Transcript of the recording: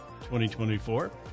2024